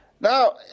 Now